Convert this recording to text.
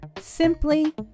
Simply